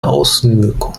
außenwirkung